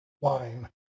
wine